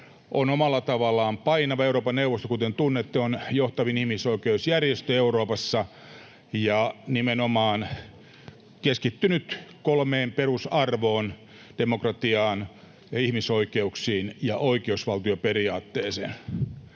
on omalla tavallaan painava. Euroopan neuvosto, kuten tunnettua, on johtavin ihmisoikeusjärjestö Euroopassa ja nimenomaan keskittynyt kolmeen perusarvoon: demokratiaan ja ihmisoikeuksiin ja oikeusvaltioperiaatteeseen.